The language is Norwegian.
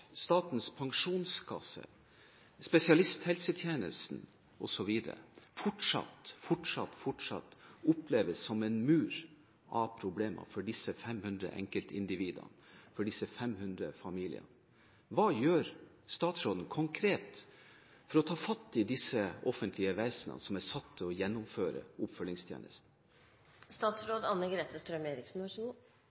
Statens Pensjonskasse, spesialisthelsetjenesten, osv. – fortsatt oppleves som en mur av problemer for disse 500 enkeltindividene og for disse 500 familiene. Hva gjør statsråden konkret for å gripe fatt i disse offentlige vesenene som er satt til å gjennomføre